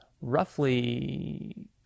roughly